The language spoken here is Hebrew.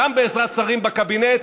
גם בעזרת שרים בקבינט.